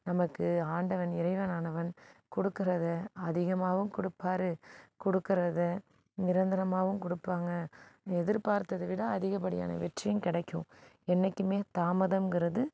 நமக்கு ஆண்டவன் இறைவனானவன் கொடுக்குறத அதிகமாகவும் கொடுப்பாரு கொடுக்குறத நிரந்தரமாகவும் கொடுப்பாங்க எதிர்பார்த்ததை விட அதிகப்படியான வெற்றியும் கிடைக்கும் என்றைக்குமே தாமதம்ங்கிறது